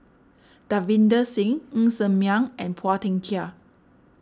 Davinder Singh Ng Ser Miang and Phua Thin Kiay